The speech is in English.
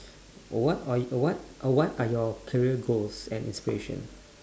what are y~ what a~ what are your career goals and aspiration